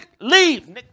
leave